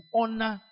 honor